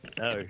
No